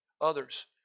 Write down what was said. others